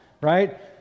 Right